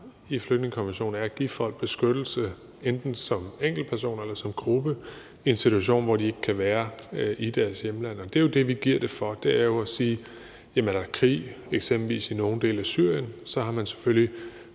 i flygtningekonventionen, er at give folk beskyttelse, enten som enkeltpersoner eller som gruppe, i en situation, hvor de ikke kan være i deres hjemlande. Det er jo derfor, vi giver det, altså ved at sige, at er der eksempelvis krig i nogle dele af Syrien, har man selvfølgelig